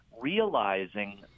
realizing